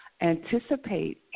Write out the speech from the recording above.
anticipate